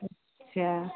अच्छा